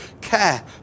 care